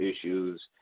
issues